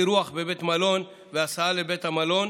אירוח בבית מלון והסעה לבית המלון,